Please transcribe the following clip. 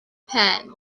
pen